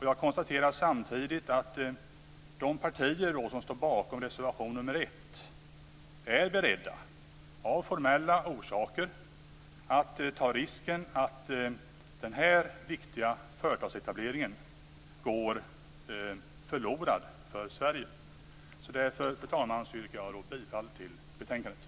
Jag konstaterar samtidigt att de partier som står bakom reservation nr 1 är beredda att ta risken att den här viktiga företagsetableringen går förlorad för Sverige av formella skäl. Jag yrkar, fru talman, bifall till utskottets hemställan.